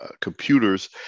computers